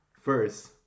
first